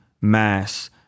mass